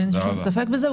אין שום ספק בזה.